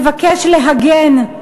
מבקש להגן,